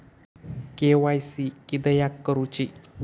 KYC किदयाक करूची?